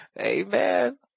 Amen